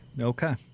Okay